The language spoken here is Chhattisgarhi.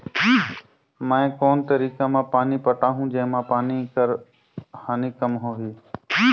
मैं कोन तरीका म पानी पटाहूं जेमा पानी कर हानि कम होही?